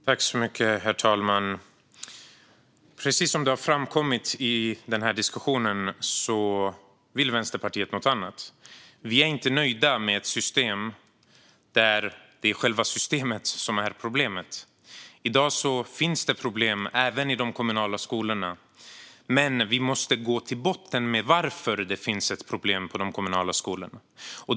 Herr ålderspresident! Precis som har framkommit i den här diskussionen vill Vänsterpartiet något annat. Vi är inte nöjda med ett system där det är själva systemet som är problemet. I dag finns det problem även i de kommunala skolorna. Men vi måste gå till botten med orsakerna till att det finns problem på de kommunala skolorna.